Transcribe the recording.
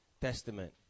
Testament